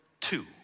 two